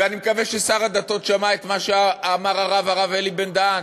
ואני מקווה ששר הדתות שמע את מה שאמר הרב אלי בן-דהן,